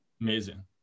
Amazing